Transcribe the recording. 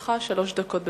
לרשותך שלוש דקות.